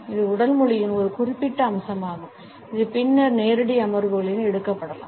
இது உடல் மொழியின் ஒரு குறிப்பிட்ட அம்சமாகும் இது பின்னர் நேரடி அமர்வுகளில் எடுக்கப்படலாம்